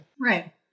Right